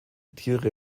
tiere